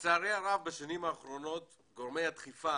לצערי הרב בשנים האחרונות גורמי הדחיפה